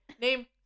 Name